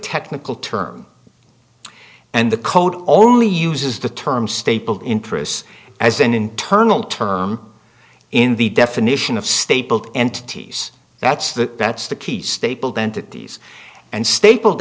technical term and the code only uses the term stapled interests as an internal term in the definition of stapled entities that's the bets the key stapled entities and stapled